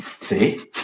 see